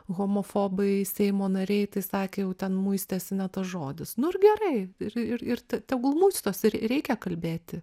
homofobai seimo nariai tai sakė jau ten muistėsi ne tas žodis nu ir gerai ir ir ir tegul muistosi ir reikia kalbėti